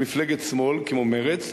למפלגת שמאל כמו מרצ.